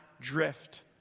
drift